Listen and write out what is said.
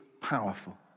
powerful